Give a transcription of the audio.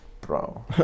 Bro